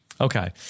okay